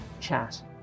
chat